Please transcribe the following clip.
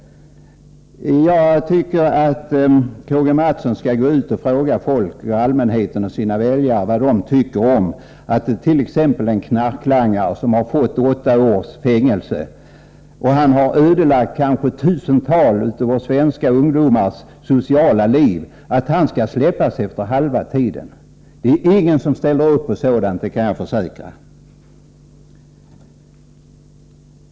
Jag tycker att K.-G. Mathsson skall gå ut och fråga allmänheten och sina väljare vad de tycker om att t.ex. en knarklangare, som fått åtta års fängelse och som ödelagt kanske tusentals svenska ungdomars sociala liv, skall släppas efter halva tiden. Det är ingen som ställer upp på sådant — det kan jag försäkra.